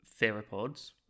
theropods